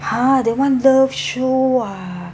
!huh! that one love show ah